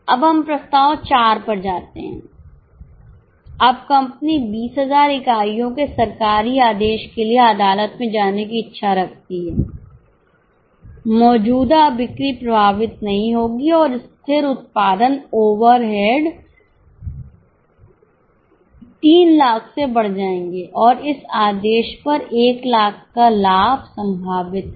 अब हम प्रस्ताव 4 पर जाते हैं अब कंपनी 20000 इकाइयों के सरकारी आदेश के लिए अदालत में जाने की इच्छा रखती है मौजूदा बिक्री प्रभावित नहीं होगी और स्थिर उत्पादन ओवरहेड 300000 से बढ़ जाएंगे और इस आदेश पर 100000 का लाभ संभावित है